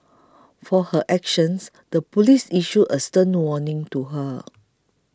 for her actions the police issued a stern warning to her